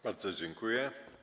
Bardzo dziękuję.